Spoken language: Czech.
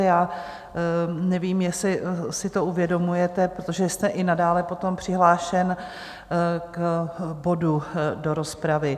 Já nevím, jestli si to uvědomujete, protože jste i nadále potom přihlášen k bodu do rozpravy.